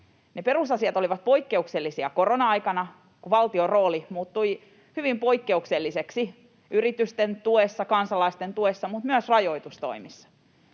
Ne perusasiat olivat poikkeuksellisia korona-aikana, kun valtion rooli muuttui hyvin poikkeukselliseksi yritysten tuessa, kansalaisten tuessa mutta myös rajoitustoimissa.